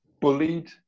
bullied